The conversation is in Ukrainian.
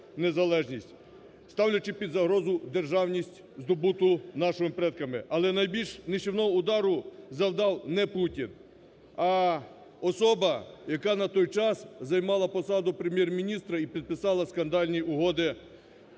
ставлячи під загрозу державність, здобуту нашими предками. Але найбільш нищівного удару завдав не Путін, а особа, яка на той час займала посаду Прем'єр-міністра і підписала скандальні угоди